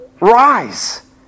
rise